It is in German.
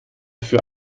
für